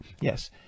Yes